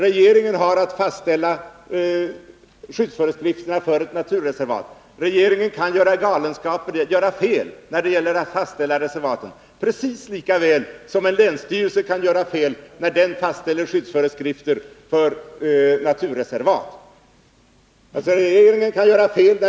Regeringen har att fastställa skyddsföreskrifterna för nationalparker. Regeringen kan göra fel när det gäller att fastställa dessa föreskrifter lika väl som en länsstyrelse kan göra fel när den fastställer skyddsföreskrifter för naturreservat.